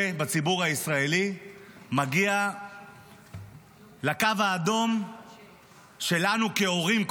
בציבור הישראלי מגיע לקו האדום שלנו כהורים,